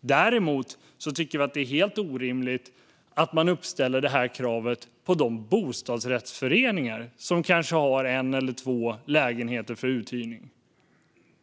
Däremot tycker vi att det är helt orimligt att man ställer samma krav på de bostadsrättsföreningar som kanske har en eller två lägenheter för uthyrning.